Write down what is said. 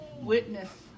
witness